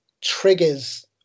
triggers